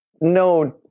no